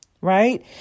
right